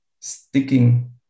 sticking